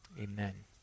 amen